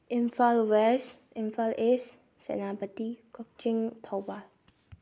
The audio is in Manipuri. Imphal west Imphal east Senapati Kakching Thoubal